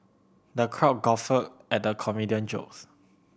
the crowd guffawed at the comedian jokes